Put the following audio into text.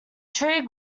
tree